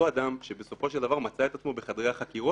אדם שבסופו של דבר מצא את עצמו בחדרי החקירות,